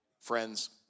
Friends